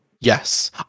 Yes